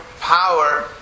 power